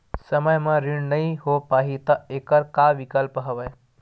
समय म ऋण नइ हो पाहि त एखर का विकल्प हवय?